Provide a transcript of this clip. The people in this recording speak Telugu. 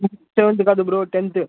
సెవెంత్ కాదు బ్రో టెన్త్